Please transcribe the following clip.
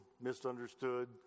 misunderstood